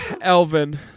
Elvin